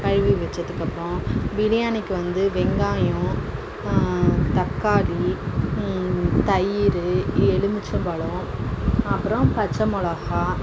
கழுவி வைச்சதுக்கப்றம் பிரியாணிக்கு வந்து வெங்காயம் தக்காளி தயிர் எலுமிச்சை பழம் அப்புறம் பச்சை மிளகா